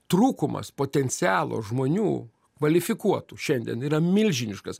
trūkumas potencialo žmonių kvalifikuotų šiandien yra milžiniškas